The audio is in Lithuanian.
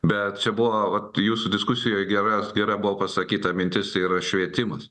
bet čia buvo jūsų diskusijoje geras gera buvo pasakyta mintis yra švietimas